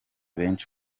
benshi